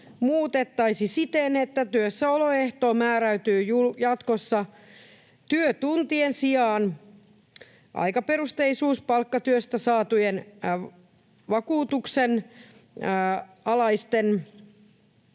muutettaisiin siten, että työssäoloehto määräytyy jatkossa työtuntien sijaan — aikaperusteisuus — palkkatyöstä saatujen vakuutuksenalaisten